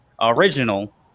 Original